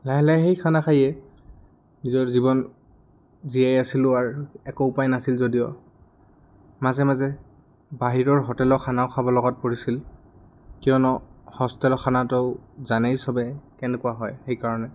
লাহে লাহে সেই খানা খায়ে নিজৰ জীৱন জীয়াই আছিলোঁ আৰু একো উপায় নাছিল যদিও মাজে মাজে বাহিৰৰ হোটেলৰ খানাও খাব লগাত পৰিছিল কিয়নো হোষ্টেলৰ খানাটো জানেই চবেই কেনেকুৱা হয় সেইকাৰণে